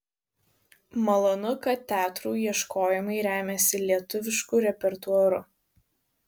malonu kad teatrų ieškojimai remiasi lietuvišku repertuaru